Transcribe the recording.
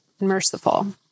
merciful